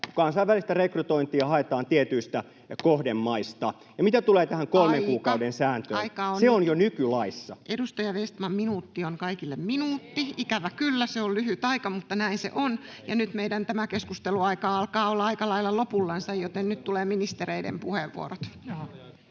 kansainvälistä rekrytointia haetaan tietyistä kohdemaista. [Puhemies: Aika on jo nyt!] Ja mitä tulee tähän kolmen kuukauden sääntöön, se on jo nykylaissa. Edustaja Vestman, minuutti on kaikille minuutti. Ikävä kyllä, se on lyhyt aika, mutta näin se on. Ja nyt meidän keskusteluaikamme alkaa olla aika lailla lopullansa, joten nyt tulevat ministereiden puheenvuorot.